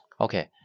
okay